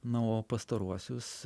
na o pastaruosius